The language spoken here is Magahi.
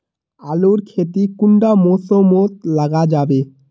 आलूर खेती कुंडा मौसम मोत लगा जाबे?